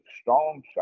strong